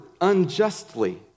unjustly